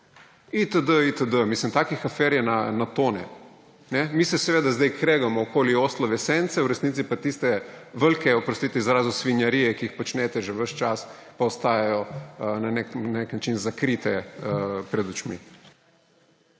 iz tujine. Takih afer je na tone. Mi se seveda zdaj kregamo okoli oslove sence, v resnici pa tiste velike, oprostite izrazu, svinjarije, ki jih počnete že ves čas, pa ostajajo na nek način zakrite pred očmi.